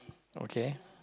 okay